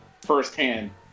firsthand